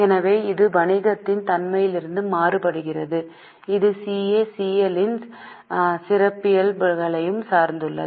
எனவே இது வணிகத்தின் தன்மையிலிருந்து மாறுகிறது இது CA CL இன் சிறப்பியல்புகளையும் சார்ந்துள்ளது